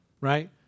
Right